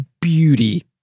beauty